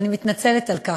אני מתנצלת על כך.